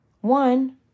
One